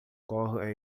corre